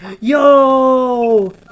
Yo